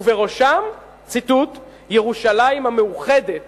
ובראשם: "ירושלים המאוחדת